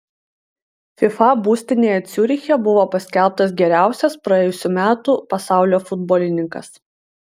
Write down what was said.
fifa būstinėje ciuriche buvo paskelbtas geriausias praėjusių metų pasaulio futbolininkas